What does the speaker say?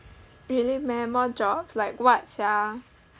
really meh more jobs like what sia